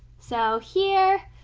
so here,